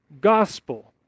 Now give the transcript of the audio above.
gospel